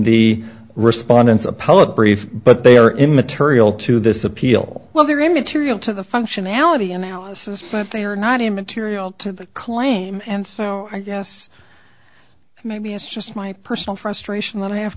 the respondents appellate brief but they are immaterial to this appeal whether immaterial to the functionality analysis but they are not immaterial to the claim and so i guess maybe it's just my personal frustration that